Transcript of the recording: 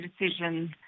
decision